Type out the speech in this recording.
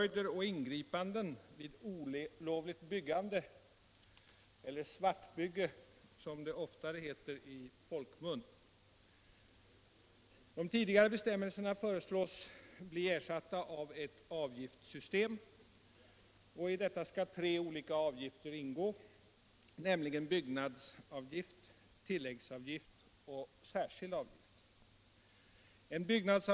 Jag skall nu tala om svartbyggen.